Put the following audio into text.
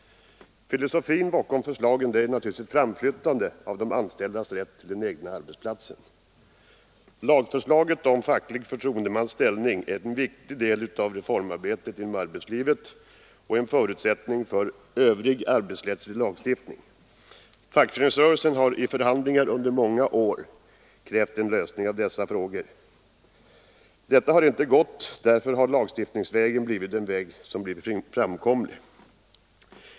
Filosofin bakom förslagen är de anställdas rätt till den egna arbetsplatsen. Lagförslaget om facklig förtroendemans ställning är en viktig del av reformarbetet inom arbetslivet och en förutsättning för övrig arbetsrättslig lagstiftning. Fackföreningsrörelsen har i förhandlingar under många år krävt en lösning av dessa frågor. Någon sådan har inte kommit till stånd. Lagstiftningsvägen har då blivit en framkomlig väg.